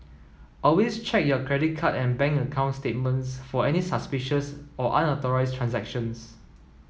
always check your credit card and bank account statements for any suspicious or unauthorised transactions